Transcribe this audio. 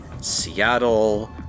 Seattle